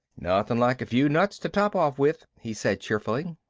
nothing like a few nuts to top off with, he said cheerfully.